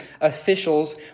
officials